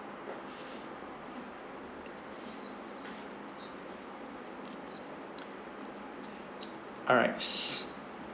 alright